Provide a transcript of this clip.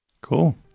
Cool